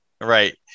Right